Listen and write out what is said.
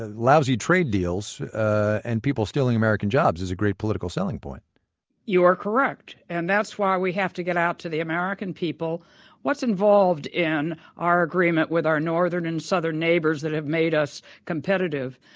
lousy trade deals and people stealing american jobs is a great political selling point you're correct. and that's why we have to get out to the american people what's involved in our agreement with our northern and southern neighbors that have made us competitive.